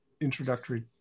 introductory